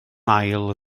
ail